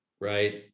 Right